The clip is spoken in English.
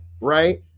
Right